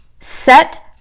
set